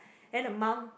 then the mum